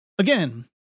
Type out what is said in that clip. Again